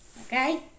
Okay